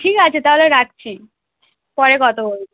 ঠিক আছে তাহলে রাখছি পরে কথা বলবো